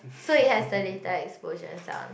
so it has the little explosion sound